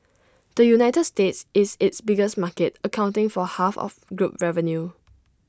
the united states is its biggest market accounting for half of group revenue